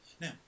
Now